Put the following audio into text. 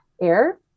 air